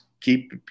Keep